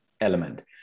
element